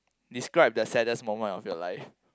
describe the saddest moment of your life